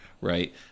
right